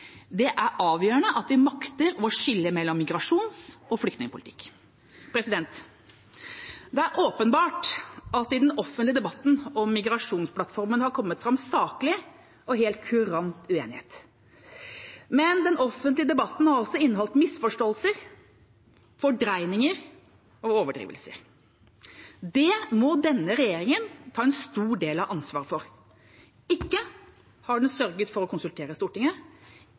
det er avgjørende at vi makter å skille mellom migrasjons- og flyktningpolitikk. Det er åpenbart at det i den offentlige debatten om migrasjonsplattformen har kommet fram saklig og helt kurant uenighet, men den offentlige debatten har også inneholdt misforståelser, fordreininger og overdrivelser. Det må denne regjeringa ta en stor del av ansvaret for. Ikke har den sørget for å konsultere Stortinget,